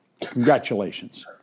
Congratulations